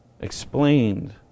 explained